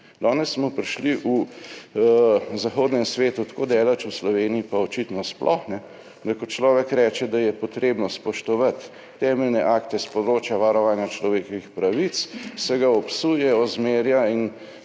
Danes smo prišli v zahodnem svetu tako daleč, v Sloveniji pa očitno sploh, da ko človek reče, da je potrebno spoštovati temeljne akte s področja varovanja človekovih pravic, se ga obsuje, ozmerja in